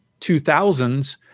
2000s